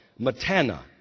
Matana